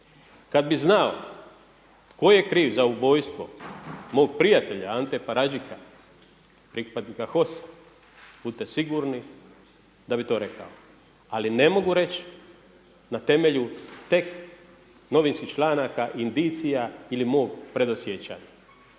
Kada bi znao tko je kriv za ubojstvo mog prijatelja Ante Paradžika pripadnika HOS-a budite sigurni da bi to rekao. Ali ne mogu reći na temelju tek novinskih članaka, indicija ili mog predosjećaja.